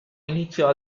iniziò